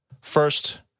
First